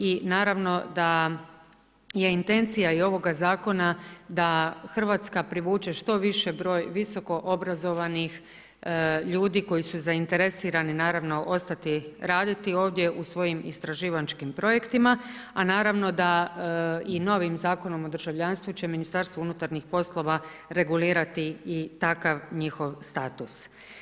I naravno da je i intencija ovoga zakona da Hrvatska privuče što više broj visokoobrazovanih ljudi koji su zainteresirani naravno ostati raditi ovdje u svojim istraživačkim projektima a naravno da i novim Zakonom o državljanstvu će Ministarstvo unutarnjih poslova regulirati i takav njihov status.